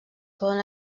poden